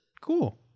cool